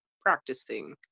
practicing